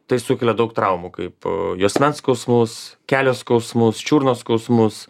tai sukelia daug traumų kaip juosmens skausmus kelio skausmus čiurnos skausmus